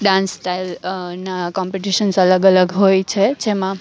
dance સ્ટાઈલના competitions અલગ અલગ હોય છે જેમાં